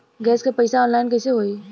Gas क पैसा online कइसे होई?